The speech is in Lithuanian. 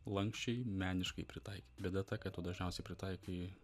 lanksčiai meniškai pritaikyt bėda ta kad tu dažniausiai pritaikai